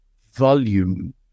volume